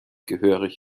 gehörig